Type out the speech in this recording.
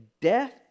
death